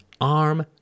arm